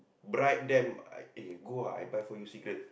bribe them I eh go ah I buy for you cigarette